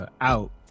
out